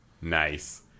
Nice